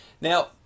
now